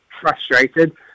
frustrated